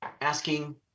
asking